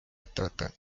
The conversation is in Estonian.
ettevõte